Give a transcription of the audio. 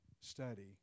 study